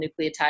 nucleotide